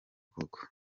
koko